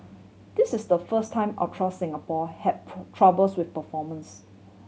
this is the first time Ultra Singapore troubles with performance